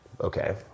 Okay